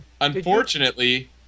unfortunately